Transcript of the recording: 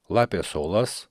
lapės olas